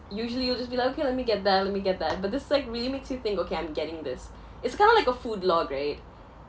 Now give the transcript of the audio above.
usually you'll just be like okay let me get that let me get that but this like really makes you think okay I'm getting this it's kind of like a food log right